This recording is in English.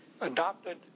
adopted